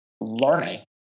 learning